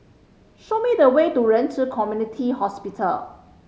show me the way to Ren Ci Community Hospital